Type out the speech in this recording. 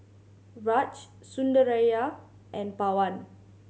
Raj Sundaraiah and Pawan